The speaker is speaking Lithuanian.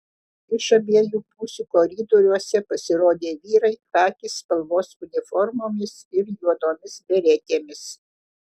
iš abiejų pusių koridoriuose pasirodė vyrai chaki spalvos uniformomis ir juodomis beretėmis